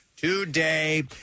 Today